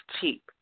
cheap